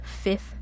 fifth